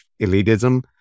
elitism